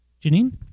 Janine